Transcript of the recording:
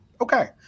okay